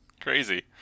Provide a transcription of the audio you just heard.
Crazy